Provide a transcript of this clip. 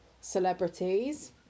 celebrities